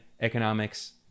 economics